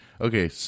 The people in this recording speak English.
Okay